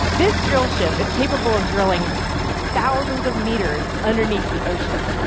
this drill ship is capable of drilling thousands of meters underneath the ocean,